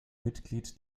mitglied